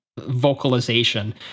vocalization